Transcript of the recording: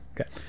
Okay